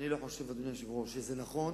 אני לא חושב, אדוני היושב-ראש, שזה נכון